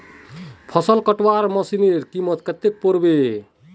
फसल कटवार मशीनेर कीमत कत्ते पोर बे